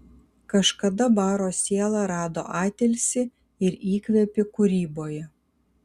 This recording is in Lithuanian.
kažkada baro siela rado atilsį ir įkvėpį kūryboje